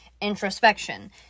introspection